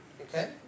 okay